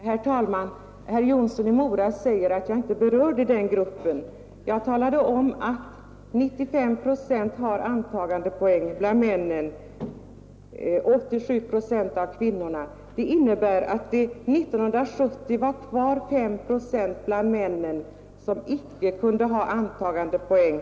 Herr talman! Herr Jonsson i Mora säger att jag inte berörde den grupp förtidspensionärer som inte har antagandepoäng. Men jag talade om att 95 procent av männen och 87 procent av kvinnorna har antagandepoäng och det innebär att det 1970 var 5 procent av männen och 13 av kvinnorna som icke kunde få antagandepoäng.